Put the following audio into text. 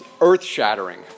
earth-shattering